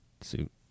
Suit